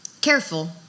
careful